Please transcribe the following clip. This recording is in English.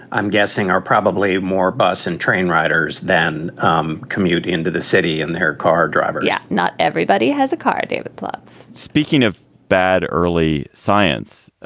i'm guessing, are probably more bus and train riders than um commute into the city and their car driver. yeah not everybody has a car david plotz, speaking of bad early science.